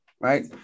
right